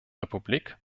republik